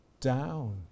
down